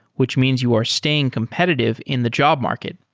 which means you are staying competitive in the job market.